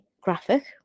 graphic